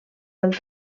del